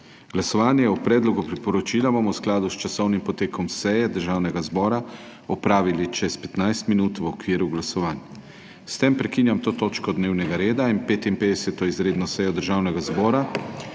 Glasovanje o predlogu priporočila bomo v skladu s časovnim potekom seje Državnega zbora opravili čez 15 min, v okviru glasovanj. S tem prekinjam to točko dnevnega reda in 55. izredno sejo Državnega zbora,